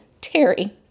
Terry